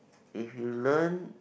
if you learn